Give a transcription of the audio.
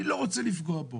אני לא רוצה לפגוע בו.